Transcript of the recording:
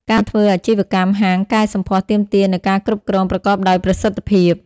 ការធ្វើអាជីវកម្មហាងកែសម្ផស្សទាមទារនូវការគ្រប់គ្រងប្រកបដោយប្រសិទ្ធភាព។